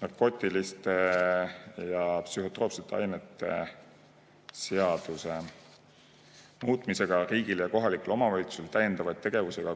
Narkootiliste ja psühhotroopsete ainete seaduse muutmisega riigile ja kohalikele omavalitsustele täiendavaid tegevusi ega